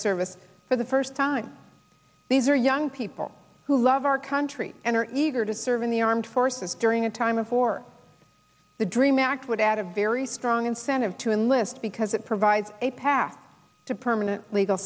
service for the first time these are young people who love our country and are eager to serve in the armed forces during a time of war the dream act would add a very strong incentive to enlist because it provides a path to permanent legal